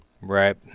Right